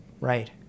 Right